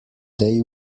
they